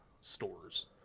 stores